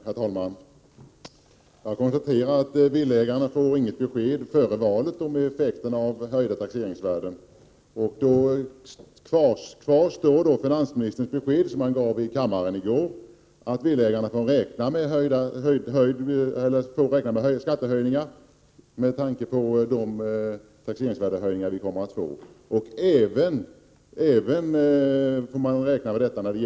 SER Herr talman! Jag konstaterar att villaägarna inte får något besked före SE valet om effekterna av höjda taxeringsvärden. Kvar står då finansministerns besked i kammaren i går, att villaägarna får räkna med skattehöjningar, med tanke på de taxeringsvärdehöjningar som kommer att genomföras.